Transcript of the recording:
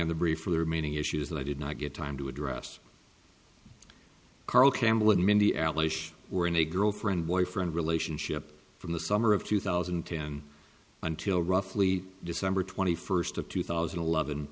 on the brief for the remaining issues that i did not get time to address carl campbell and mindy alice were in a girlfriend boyfriend relationship from the summer of two thousand and ten until roughly december twenty first of two thousand and eleven